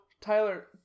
Tyler